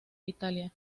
italia